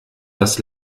das